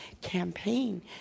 campaign